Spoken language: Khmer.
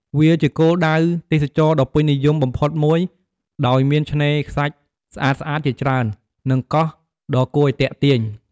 វាជាគោលដៅទេសចរណ៍ដ៏ពេញនិយមបំផុតមួយ ដោយមានឆ្នេរខ្សាច់ស្អាតៗជាច្រើន និងកោះដ៏គួរឱ្យទាក់ទាញ។